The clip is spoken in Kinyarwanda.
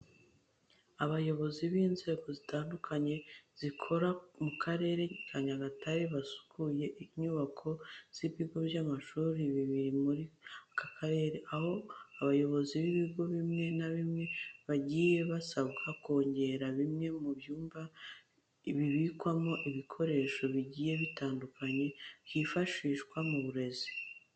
Abayobozi b'inzego zitandukanye zikorera mu Karere ka Nyagatare basuye inyubako z'ibigo by'amashuri biri muri aka karere, aho abayobozi b'ibigo bimwe na bimwe bagiye basabwa kongera bimwe mu byumba bibikwamo ibikoresho bigiye bitandukanye byifashishwa mu burezi.